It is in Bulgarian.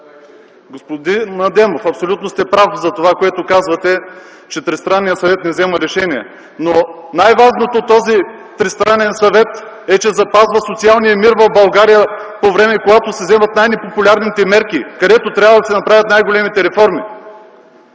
Господин Адемов, абсолютно сте прав за това, което казвате, че тристранният съвет взема решения. Но най-важното в този тристранен съвет е, че запазва социалния мир в България по време, когато се вземат най-непопулярните мерки, където трябва да се направят най-големите реформи.